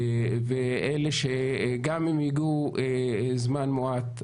ולאלה שגם אם הגיעו לזמן מועט,